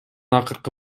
акыркы